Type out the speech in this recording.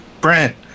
Brent